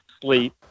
sleep